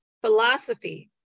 philosophy